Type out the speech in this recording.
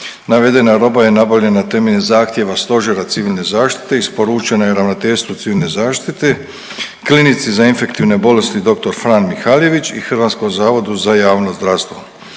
Navedena roba je nabavljena temeljem zahtjeva Stožera civilne zaštite, isporučena je Ravnateljstvu civilne zaštite, Klinici za infektivne bolesti „Dr. Fran Mihaljević“ i HZJZ. Za potrebe sanacije